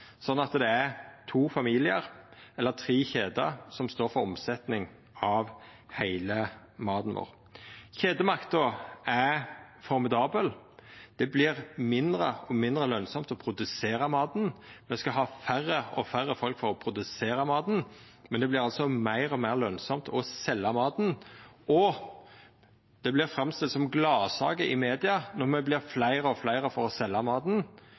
at det er to familiar eller tre kjeder som står for omsetning av all maten. Kjedemakta er formidabel. Det vert mindre og mindre lønsamt å produsera maten. Me skal ha færre og færre folk for å produsera maten, men det vert altså meir og meir lønsamt å selja maten. Det vert framstilt som gladsaker i media når me vert fleire og fleire for å selja maten,